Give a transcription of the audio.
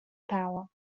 power